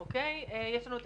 יש לנו את